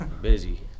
Busy